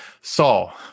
Saul